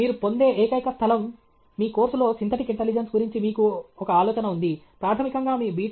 మీరు పొందే ఏకైక స్థలం మీ కోర్సులో సింథటిక్ ఇంటెలిజెన్స్ గురించి మీకు ఒక ఆలోచన ఉంది ప్రాథమికంగా మీ B